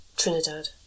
Trinidad